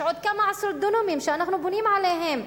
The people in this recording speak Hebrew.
יש עוד כמה עשרות דונמים שאנחנו בונים עליהם.